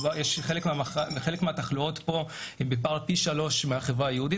חלק מהתחלואות פה הן פי שלושה מהחברה היהודית,